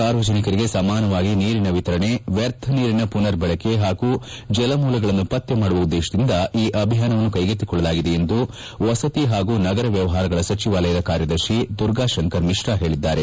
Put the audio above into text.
ಸಾರ್ವಜನಿಕರಿಗೆ ಸಮಾನವಾಗಿ ನೀರಿನ ವಿತರಣೆ ವ್ಯರ್ಥ ನೀರಿನ ಪುನರ್ ಬಳಕೆ ಹಾಗೂ ಜಲಮೂಲಗಳನ್ನು ಪತ್ತೆ ಮಾಡುವ ಉದ್ದೇಶದಿಂದ ಈ ಅಭಿಯಾನವನ್ನು ಕೈಗೆತ್ತಿಕೊಳ್ಳಲಾಗಿದೆ ಎಂದು ವಸತಿ ಹಾಗೂ ನಗರ ವ್ಯವಹಾರಗಳ ಸಚಿವಾಲಯದ ಕಾರ್ಯದರ್ಶಿ ದುರ್ಗಾತಂಕರ್ ಮಿಶ್ರಾ ಹೇಳಿದ್ದಾರೆ